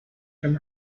from